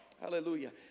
hallelujah